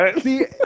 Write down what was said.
See